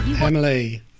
Emily